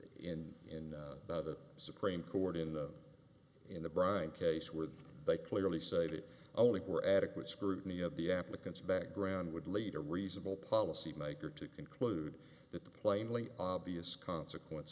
in in the supreme court in the in the bryant case where they clearly cited only where adequate scrutiny of the applicant's background would lead a reasonable policymaker to conclude that the plainly obvious consequence